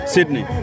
Sydney